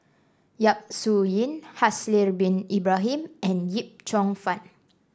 Yap Su Yin Haslir Bin Ibrahim and Yip Cheong Fun